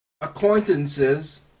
acquaintances